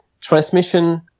transmission